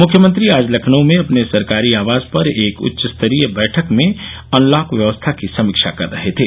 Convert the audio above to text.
मुख्यमंत्री आज लखनऊ में अपने सरकारी आवास पर एक उच्च स्तरीय बैठक में अनलॉक व्यवस्था की समीक्षा कर रहे थे